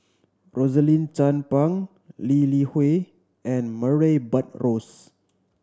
Rosaline Chan Pang Lee Li Hui and Murray Buttrose